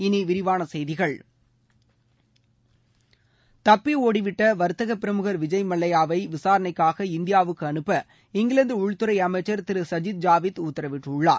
இனி விரிவான செய்திகள் தப்பியோடிவிட்ட வர்த்தக பிரமுகர் விஜய் மல்லையாவை விசாரணைக்காக இந்தியாவுக்கு அனுப்ப இங்கிலாந்து உள்துறை அமைச்சர் திரு சஜ்ஜித் ஜாவித் உத்தரவிட்டுள்ளார்